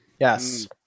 yes